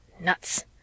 nuts